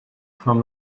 from